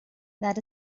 that